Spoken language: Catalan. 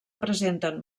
presenten